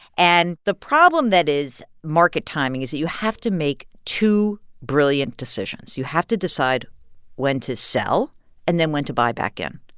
and the problem that is market timing is you have to make two brilliant decisions. you have to decide when to sell and then when to buy back in,